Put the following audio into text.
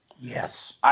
Yes